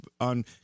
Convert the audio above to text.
on